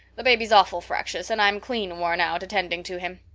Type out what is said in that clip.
the baby's awful fractious, and i'm clean worn out attending to him.